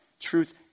Truth